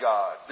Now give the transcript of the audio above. God